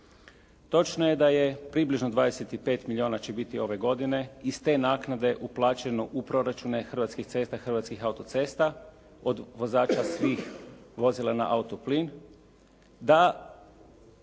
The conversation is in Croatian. Točno je da je približno 25 milijona će biti ove godine i s te naknade uplaćeno u proračune Hrvatskih cesta, Hrvatskih autocesta od vozača svih vozila na autoplin